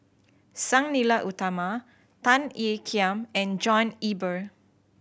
Sang Nila Utama Tan Ean Kiam and John Eber